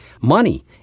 money